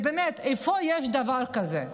באמת, איפה יש דבר כזה?